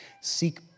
seek